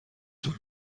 طول